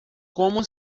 como